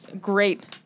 great